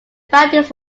bandits